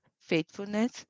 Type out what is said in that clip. faithfulness